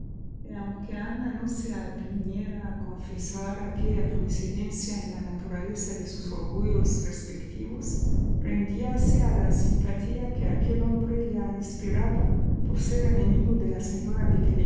aunque ana no se aviniera a confesar aquella coincidencia en la naturaleza de sus orgullos respectivos rendíase a la simpatía que aquel hombre la inspiraba por ser enemigo dé la señora